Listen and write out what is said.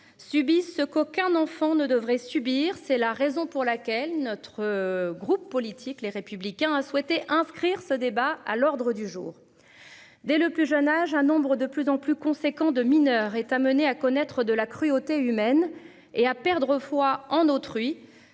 subissent ce qu'aucun enfant ne devrait subir. C'est la raison pour laquelle notre groupe politique Les Républicains a souhaité inscrire ce débat à l'ordre du jour. Dès le plus jeune âge, un nombre de plus en plus conséquent de mineurs est amené à connaître de la cruauté humaine et à perdre foi en autrui